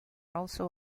also